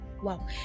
wow